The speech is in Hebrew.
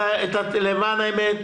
עורכי הדין,